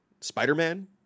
Spider-Man